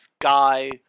guy